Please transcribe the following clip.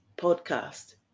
podcast